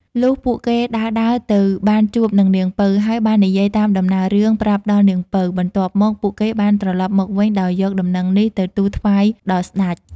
លុះពួកគេដើរៗទៅបានជួបនឹងនាងពៅ ហើយបាននិយាយតាមដំណើររឿងប្រាប់ដល់នាងពៅ បន្ទាប់មកពួកគេបានត្រឡប់មកវិញដោយយកដំណឹងនេះទៅទូលថ្វាយដល់ស្ដេច។